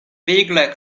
vigla